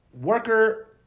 worker